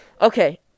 Okay